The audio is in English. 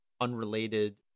unrelated